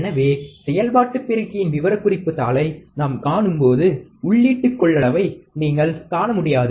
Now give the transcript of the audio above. எனவே செயல்பாட்டு பெருக்கியின் விவரக்குறிப்பு தாளை நாம் காணும்போது உள்ளீட்டு கொள்ளளவை நீங்கள் காண முடியாது